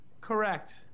Correct